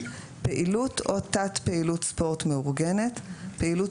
"פעילות או תת פעילות ספורט מאורגנת" פעילות